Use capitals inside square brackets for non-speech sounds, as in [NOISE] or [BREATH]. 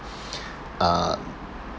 [BREATH] uh